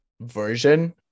version